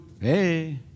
hey